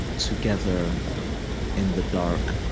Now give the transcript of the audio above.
together in the dark,